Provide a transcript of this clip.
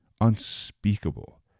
unspeakable